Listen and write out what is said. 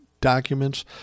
documents